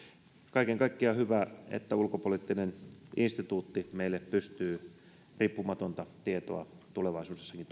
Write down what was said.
kaiken kaikkiaan on hyvä että ulkopoliittinen instituutti pystyy tuomaan meille riippumatonta tietoa tulevaisuudessakin